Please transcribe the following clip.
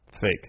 Fake